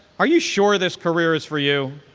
are you sure this career is for you?